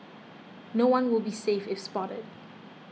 no one will be safe if spotted